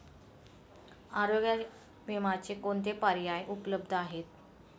आरोग्य विम्याचे कोणते पर्याय उपलब्ध आहेत?